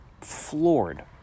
floored